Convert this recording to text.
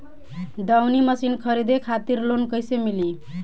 दऊनी मशीन खरीदे खातिर लोन कइसे मिली?